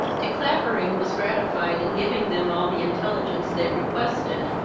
de clavering was gratified in giving them all the intelligence they requested,